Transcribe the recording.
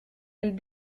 elle